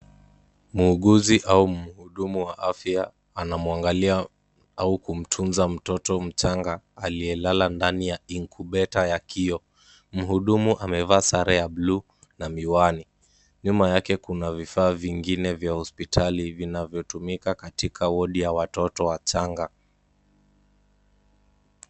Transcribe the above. Muuguzi au mhudumu wa afya anamwangalia au kumtunza mtoto mchanga aliye lala ndani ya incubator ya kioo. Mhudumu amevaa sare ya buluu na wiwani. Nyuma yake kuna vifaa vingine vya hospitali vinavyotumika katika wodi ya watoto wachanga.